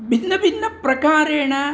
भिन्नभिन्नप्रकारेण